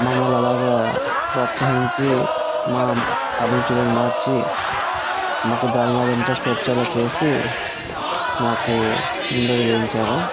మమ్మలిని అలాగా ప్రోత్సహించి మా అభిరుచులను మార్చి మాకు దానిమీద ఇంట్రెస్ట్ వచ్చేలా చేసి మాకు ముందడుగు వేయించారు